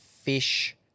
fish